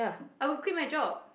I would quit my job